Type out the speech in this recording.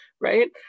right